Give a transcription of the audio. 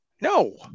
No